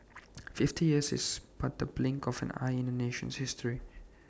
fifty years is but the blink of an eye in A nation's history